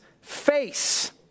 face